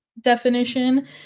definition